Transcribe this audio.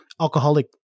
Alcoholic